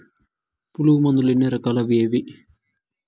పులుగు మందులు ఎన్ని రకాలు అవి ఏవి?